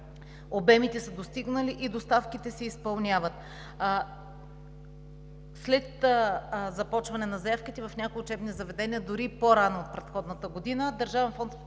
Обемите са достигнали и доставките се изпълняват, а след започване на заявките в някои учебни заведения – дори и по-рано от предходната година. Държавен фонд